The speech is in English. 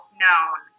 known